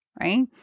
right